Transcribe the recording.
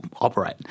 operate